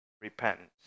repentance